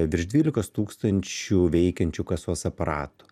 virš dvylikos tūkstančių veikiančių kasos aparatų